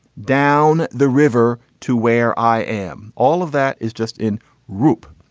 down the river to where i am. all of that is just in roope.